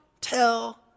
tell